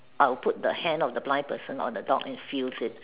I will put the hand of the blind person on the dog and feels it